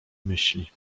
myśli